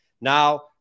now